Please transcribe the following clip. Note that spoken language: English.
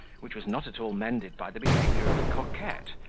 which was not at all mended by the behaviour of the coquette,